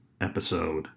episode